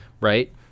right